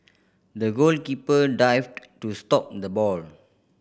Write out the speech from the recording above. the goalkeeper dived to stop the ball